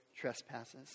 trespasses